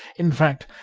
in fact,